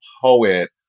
poet